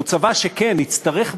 הוא צבא שכן יצטרך,